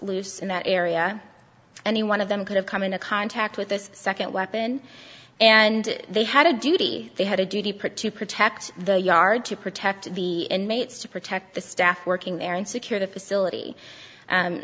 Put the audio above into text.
loose in that area and one of them could have come into contact with this second weapon and they had a duty they had a duty part to protect the yard to protect the inmates to protect the staff working there and secure the facility